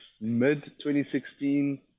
Mid-2016